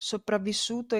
sopravvissuto